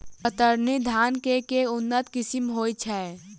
कतरनी धान केँ के उन्नत किसिम होइ छैय?